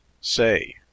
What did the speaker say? Say